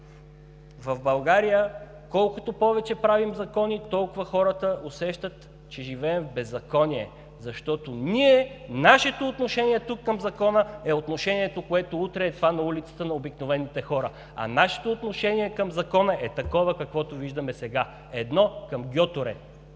в България, колкото повече правим закони, толкова хората усещат, че живеят в беззаконие, защото ние, нашето отношение тук към Закона е отношението, което утре ще е това на обикновените хора на улицата, а нашето отношение към Закона е такова, каквото виждаме сега – едно към гьотере!